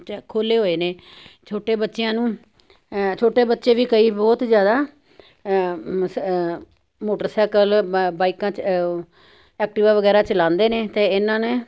check ਖੁੱਲ੍ਹੇ ਹੋਏ ਨੇ ਛੋਟੇ ਬੱਚਿਆਂ ਨੂੰ ਛੋਟੇ ਬੱਚੇ ਵੀ ਕਈ ਬਹੁਤ ਜ਼ਿਆਦਾ ਮਸ ਮੋਟਰਸਾਈਕਲ ਬ ਬਾਈਕਾਂ ਉਹ ਐਕਟਿਵਾ ਵਗੈਰਾ ਚਲਾਉਂਦੇ ਨੇ ਅਤੇ ਇਹਨਾਂ ਨੇ